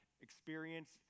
experience